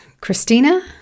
Christina